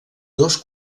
dos